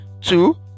two